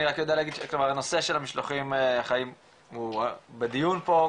אני רק יודע שהנושא של המשלוחים הוא בדיון פה,